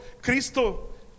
Cristo